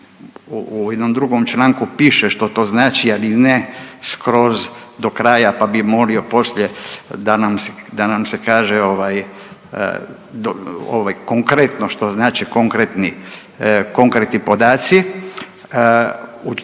u jednom drugom članku piše što to znači, ali ne skroz do kraja pa bi molio poslije da nam se kaže konkretno što znači što znače konkretni podaci, oni